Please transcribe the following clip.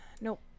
Nope